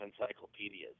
encyclopedias